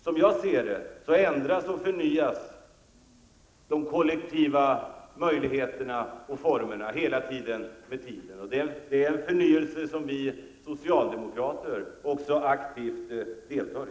Som jag ser det ändras och förnyas de kollektiva möjligheterna och formerna hela tiden. Det är en förnyelse som vi socialdemokrater också aktivt deltar i.